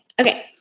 Okay